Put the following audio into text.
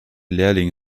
lehrling